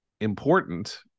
important